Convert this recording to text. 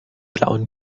blauen